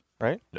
right